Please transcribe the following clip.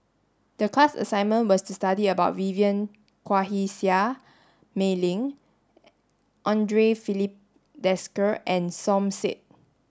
the class assignment was to study about Vivien Quahe Seah Mei Lin Andre Filipe Desker and Som Said